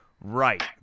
right